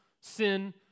sin